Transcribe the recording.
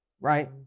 right